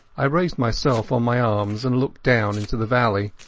i raised myself on my arms and looked down into the valley,